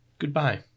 Goodbye